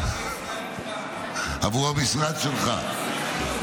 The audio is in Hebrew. עבור המשרד שלך,